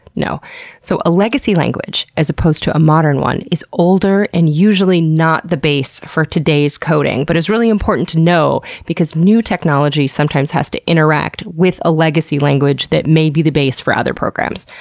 so a legacy language as opposed to a modern one is older and usually not the base for today's coding, but is really important to know because new technology sometimes has to interact with a legacy language that may be the base for other programs.